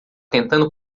tentando